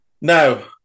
Now